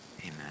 Amen